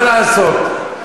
מה לעשות.